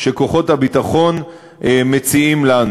שכוחות הביטחון מציעים לנו.